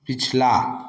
पिछला